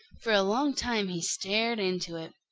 for a long time he stared into it.